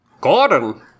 gordon